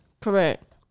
Correct